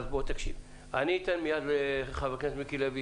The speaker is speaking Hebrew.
אז תקשיב, אני אתן מיד לחבר הכנסת מיקי לוי.